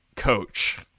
Coach